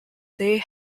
they